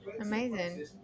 Amazing